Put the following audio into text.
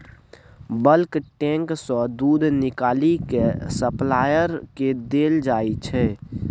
bulk tank सँ दुध निकालि केँ सप्लायर केँ देल जाइत छै